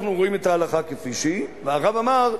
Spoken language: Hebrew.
אנחנו רואים את ההלכה כפי שהיא, והרב אמר: